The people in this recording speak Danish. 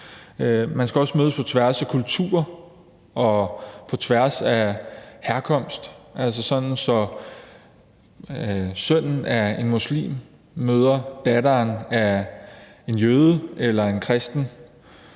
Man skal også mødes på tværs af kulturer og på tværs af herkomst, altså sådan at sønnen af en muslim møder datteren af en jøde eller en kristen.